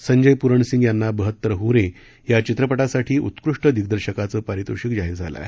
संजय पुरणसिंग यांना बहत्तर हरे या चित्रप साठी उत्कृष्ट दिग्दर्शकाचं पारितोषिक जाहीर झालं आहे